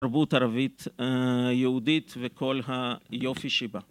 תרבות ערבית יהודית וכל היופי שבה.